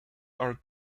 are